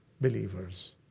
believers